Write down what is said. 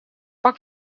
pak